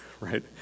right